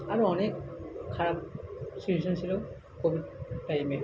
আরও অনেক খারাপ সিচুয়েশান ছিল কোভিড টাইমে